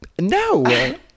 No